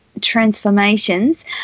transformations